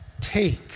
Take